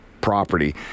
property